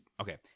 Okay